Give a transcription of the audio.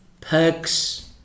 perks